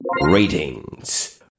Ratings